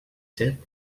set